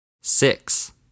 six